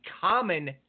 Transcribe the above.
common